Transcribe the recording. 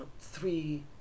three